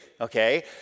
okay